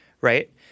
right